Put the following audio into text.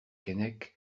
keinec